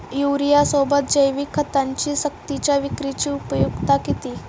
युरियासोबत जैविक खतांची सक्तीच्या विक्रीची उपयुक्तता किती?